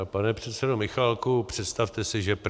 Pane předsedo Michálku, představte si, že prší.